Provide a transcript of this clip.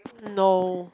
no